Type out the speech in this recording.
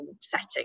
setting